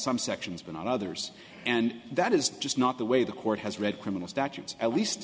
some sections been and others and that is just not the way the court has read criminal statutes at least